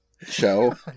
show